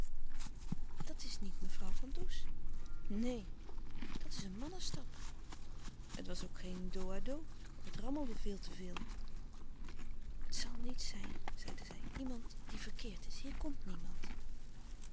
dat is niet mevrouw van does neen dat is een mannestap het was ook geen dos à dos het rammelde veel te veel het zal niets zijn zeide zij iemand die verkeerd is hier komt niemand